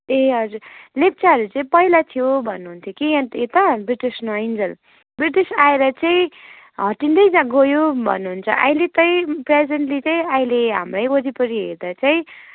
ए हजुर लेप्चाहरू चाहिँ पहिला थियो भन्नुहुन्थ्यो कि अनि त यता ब्रिटिस नआइन्जेल ब्रिटिस आएर चाहिँ तिनीहरू त्यहाँ गयो भन्नुहुन्छ अहिले चाहिँ प्रेजेन्टली चाहिँ अहिले हाम्रै वरिपरि हेर्दा चाहिँ